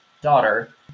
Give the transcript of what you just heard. daughter